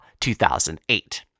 2008